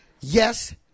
yes